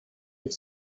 els